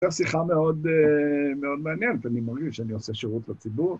זו שיחה מאוד מעניינת, אני מרגיש שאני עושה שירות לציבור.